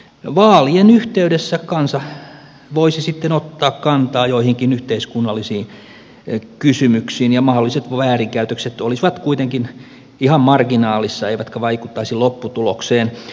vaalien yhteydessä kansa voisi sitten ottaa kantaa joihinkin yhteiskunnallisiin kysymyksiin ja mahdolliset väärinkäytökset olisivat kuitenkin ihan marginaalissa eivätkä vaikuttaisi lopputulokseen